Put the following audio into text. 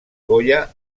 goya